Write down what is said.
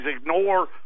ignore